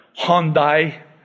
Hyundai